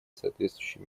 соответствующие